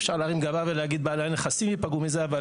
אפשר להרים גבה ולהגיד שבעלי הנכסים יפגעו מזה אבל